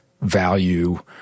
value